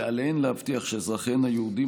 ועליהן להבטיח שאזרחיהן היהודים,